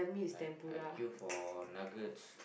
I I queue for nuggets